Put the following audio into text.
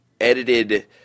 edited